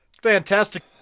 Fantastic